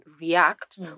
react